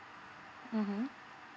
mmhmm